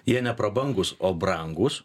jie neprabangūs o brangūs